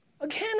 Again